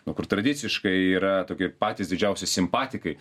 nu kur tradiciškai yra tokie patys didžiausi simpatikai